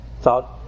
thought